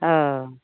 औ